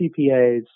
CPAs